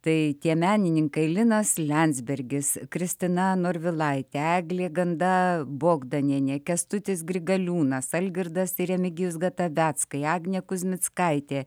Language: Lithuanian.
tai tie menininkai linas liandsbergis kristina norvilaitė eglė ganda bogdanienė kęstutis grigaliūnas algirdas ir remigijus gataveckai agnė kuzmickaitė